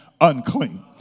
unclean